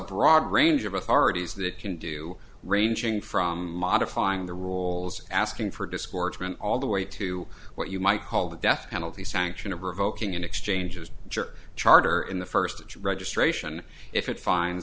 broad range of authorities that it can do ranging from modifying the rules asking for discouragement all the way to what you might call the death penalty sanction of revoking in exchanges ger charter in the first registration if it fin